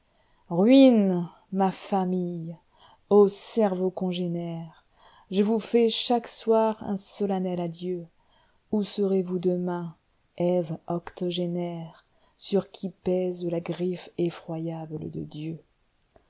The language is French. ruines ma famille ô cerveaux congénères je vous fais chaque soir u solennel adieu où serez-vous demain èves octogénaires sur qui pèse la griffe effroyable de dieu